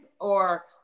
or-